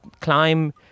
climb